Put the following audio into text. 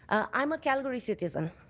i'm a calgary citizen.